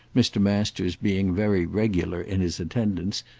mr. masters being very regular in his attendance,